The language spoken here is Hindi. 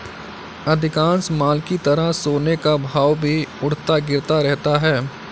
अधिकांश माल की तरह सोने का भाव भी उठता गिरता रहता है